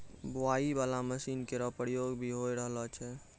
बोआई बाला मसीन केरो प्रयोग भी होय रहलो छै